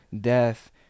death